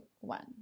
one